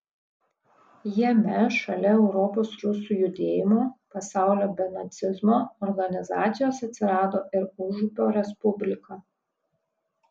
jame šalia europos rusų judėjimo pasaulio be nacizmo organizacijos atsirado ir užupio respublika